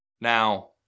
Now